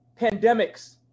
pandemics